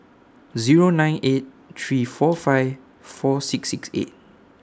Zero nine eight three four five four six six eight